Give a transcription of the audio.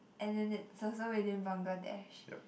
and then it's also within Bangladesh